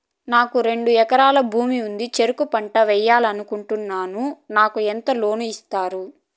నాకు రెండు ఎకరాల భూమి ఉంది, చెరుకు పంట వేయాలని అనుకుంటున్నా, నాకు ఎంత లోను ఇస్తారు?